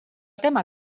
tema